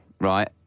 right